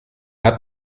hat